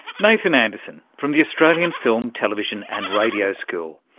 nathan anderson, from the australian, film, television and radio school.